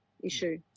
issue